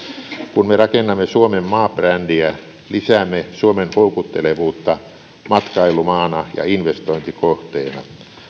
kun me rakennamme suomen maabrändiä lisäämme suomen houkuttelevuutta matkailumaana ja investointikohteena